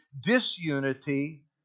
disunity